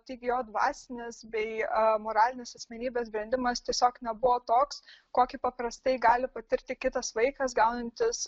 taigi jo dvasinis bei moralinis asmenybės brendimas tiesiog nebuvo toks kokį paprastai gali patirti kitas vaikas gaunantis